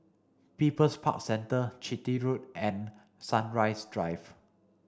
People's Park Centre Chitty Road and Sunrise Drive